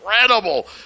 Incredible